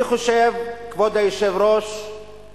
אני חושב, כבוד היושב-ראש,